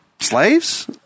Slaves